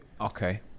Okay